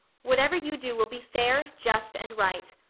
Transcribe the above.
whatever you do will be fair, just, and right.